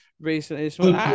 recently